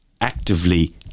actively